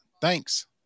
Thanks